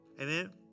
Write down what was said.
Amen